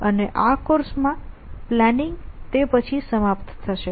અને આ કોર્સમાં પ્લાનિંગ તે પછી સમાપ્ત થશે